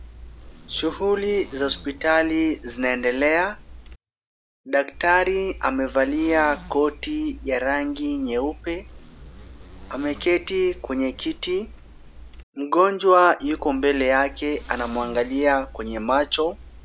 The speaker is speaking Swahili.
Shughuli za hospitali zinaendelea. Daktari amevalia koti ya rangi nyeupe. Ameketi kwenye kiti. Mgonjwa yuko mbele yake anamwangalia kwenye macho.